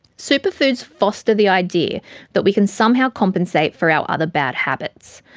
superfoods foster the idea that we can somehow compensate for our other bad habits.